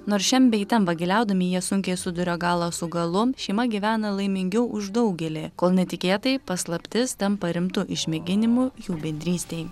nors šen bei ten vagiliaudami jie sunkiai suduria galą su galu šeima gyvena laimingiau už daugelį kol netikėtai paslaptis tampa rimtu išmėginimu jų bendrystei